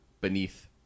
beneath